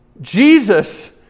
Jesus